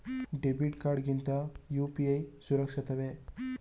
Debit card ಗಿಂತ UPI ಸುರಕ್ಷಿತವೇ?